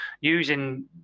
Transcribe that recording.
using